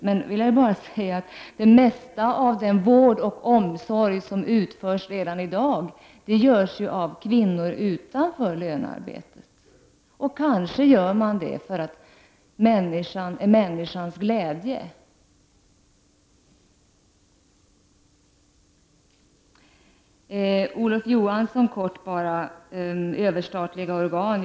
Men det mesta av den vård och omsorg som utförs redan i dag görs ju av kvinnor vid sidan av lönearbetet. Kanske gör man det för den mänskliga glädjen att göra det. Olof Johansson talade om överstatliga organ.